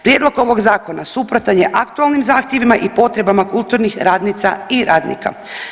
Prijedlog ovog zakona suprotan je aktualnim zahtjevima i potrebama kulturnih radnica i radnika.